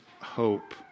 hope